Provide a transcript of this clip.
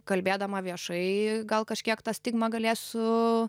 kalbėdama viešai gal kažkiek tą stigmą galėsiu